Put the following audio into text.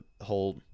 whole